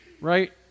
Right